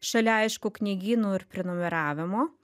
šalia aišku knygynų ir prenumeravimo